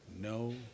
no